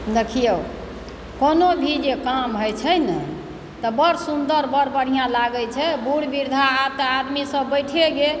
देखिऔ कोनो भी जे काम होइ छै न तऽ बड़ सुन्दर बड़ बढ़िआँ लागय छै बुढ़ वृद्धा आब तऽ आदमीसभ बैठे गेल